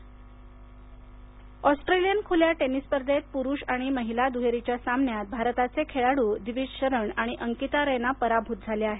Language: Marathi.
ऑस्ट्रेलियन ओपन ऑस्ट्रेलियन खुल्या टेनिस स्पर्धेत पुरुष आणि महिला दुहेरीच्या सामन्यात भारताचे खेळाडू दिविज शरण आणि अंकिता रैना पराभूत झाले आहेत